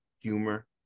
humor